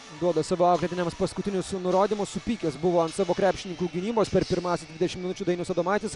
duoda savo auklėtiniams paskutinius nurodymus supykęs buvo ant savo krepšininkų gynybos per pirmąsias dvidešim minučių dainius adomaitis